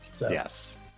Yes